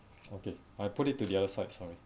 okay I put it to the other side sorry